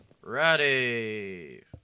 ready